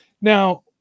Now